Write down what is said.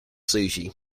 sushi